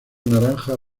naranja